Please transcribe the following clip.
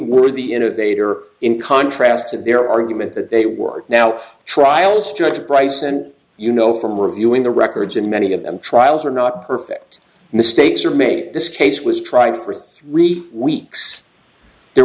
innovator in contrast to their argument that they were now trials to price and you know from reviewing the records and many of them trials are not perfect mistakes are made in this case was tried for three weeks there